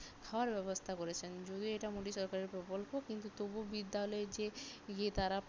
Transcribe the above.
খাওয়ার ব্যবস্থা করেছেন যদিও এটা মোদী সরকারের প্রকল্প কিন্তু তবুও বিদ্যালয়ে যে গিয়ে তারা